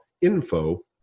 info